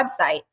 website